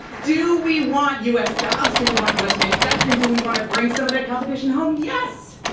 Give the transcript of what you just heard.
do we want u. s. jobs? do we want u. s. manufacturing? do we want to bring some of that competition home? yes.